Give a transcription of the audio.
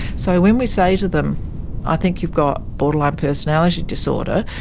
so when we say to them i think you've got borderline personality disorder,